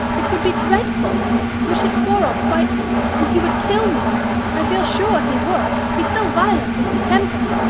it would be dreadful we should quarrel frightfully, and he would kill me i feel sure he would, he's so violent in his temper.